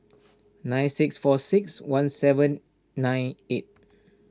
nine six four six one seven nine eight